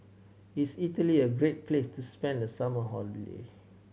is Italy a great place to spend the summer holiday